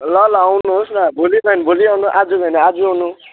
ल ल आउनुहोस् न भोलि भ्यायो भने भोलि आउनु आज भ्यायो भने आज आउनु